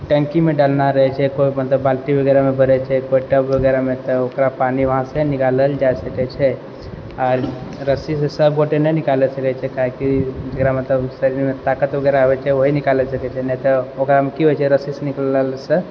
टङ्कीमे डालना रहै छै बाल्टी वगैरहमे टब वगैरहमे तऽ ओकरा पानि वहाँसँ निकालल जा सकै छै आओर रस्सी सँ सब गोटे नहि निकालि सकै छै किआकि जकरा शरीरमे ताकत वगैरह होइ छै वही निकालि सकै छै नहितऽ ओकरामे की होइ छै रस्सीसँ निकालल सऽ